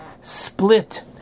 split